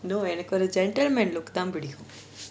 எனக்கு ஒரு:enakku oru gentleman look தான் பிடிக்கும்:thaan pidikum